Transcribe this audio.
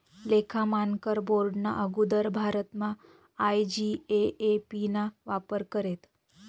लेखा मानकर बोर्डना आगुदर भारतमा आय.जी.ए.ए.पी ना वापर करेत